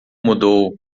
mudou